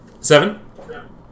Seven